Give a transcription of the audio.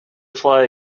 fly